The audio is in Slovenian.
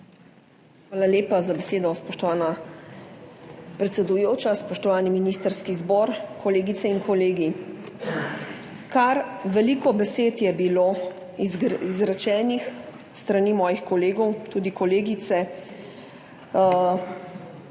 Hvala lepa za besedo, spoštovana predsedujoča. Spoštovani ministrski zbor, kolegice in kolegi! Kar veliko besed je bilo izrečenih s strani mojih kolegov, tudi kolegice.